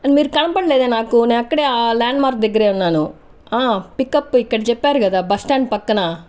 మీరు కనబడలేదే నాకు నేను అక్కడే ల్యాండ్ మార్క్ దగ్గరే ఉన్నాను పిక్అప్ ఇక్కడ చెప్పారు కదా బస్ స్టాండ్ పక్కన